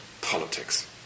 politics